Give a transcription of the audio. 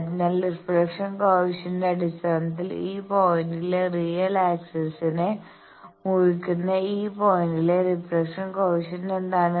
അതിനാൽ reflection coefficient അടിസ്ഥാനത്തിൽ ഈ പോയിന്റിലെ റിയൽ ആക്സിസിനെ മുറിക്കുന്ന ഈ പോയിന്റിലെ റീഫ്ലക്ഷൻ കോയെഫിഷ്യന്റ് എന്താണ്